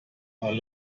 are